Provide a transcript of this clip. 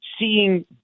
seeing